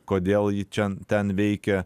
kodėl ji čia ten veikia